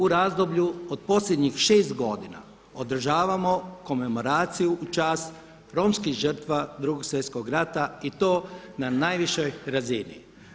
U razdoblju od posljednjih šest godina održavamo komemoraciju u čast romskim žrtvama Drugog svjetskog rata i to na najvišoj razini.